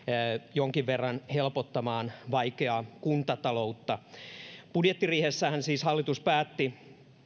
jonkin verran helpottamaan vaikeaa kuntataloutta budjettiriihessähän hallitus päätti